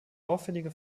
auffällige